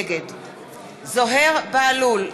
נגד זוהיר בהלול,